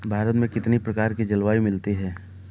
भारत में कितनी प्रकार की जलवायु मिलती है?